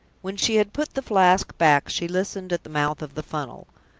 when she had put the flask back, she listened at the mouth of the funnel.